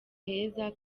heza